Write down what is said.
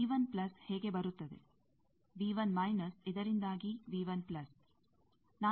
ಈಗ ಹೇಗೆ ಬರುತ್ತದೆ